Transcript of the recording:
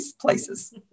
places